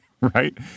right